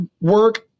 work